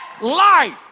Life